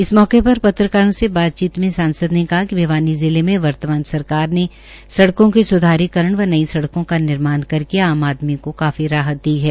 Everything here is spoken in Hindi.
इस मौके पर पत्रकारों से बातचीत में सांसद ने कहा कि भिवानी जिले मे वर्तमान सरकार ने सड़कों के संधारीकरण व नई सड़कों का निर्माण करके आम आदमी को काफी राहत दी है